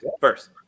First